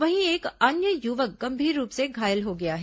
वहीं एक अन्य युवक गंभीर रूप से घायल हो गया है